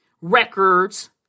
records